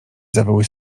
zawyły